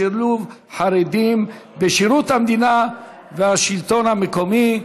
שילוב חרדים בשירות המדינה והשלטון המקומי.